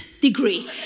degree